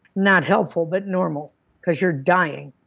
not helpful, but normal because you're dying.